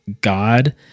God